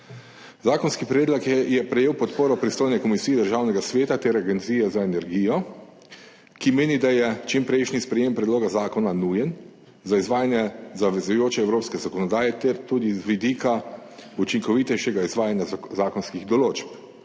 Zakonski predlog je prejel podporo pristojne komisije Državnega sveta ter Agencije za energijo, ki meni, da je čimprejšnje sprejetje predloga zakona nujno za izvajanje zavezujoče evropske zakonodaje ter tudi z vidika učinkovitejšega izvajanja zakonskih določb.